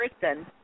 person